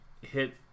hit